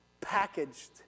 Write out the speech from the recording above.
packaged